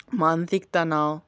मानसिक तनाव